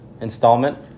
installment